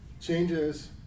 changes